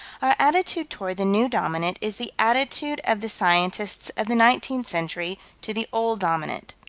our attitude toward the new dominant is the attitude of the scientists of the nineteenth century to the old dominant.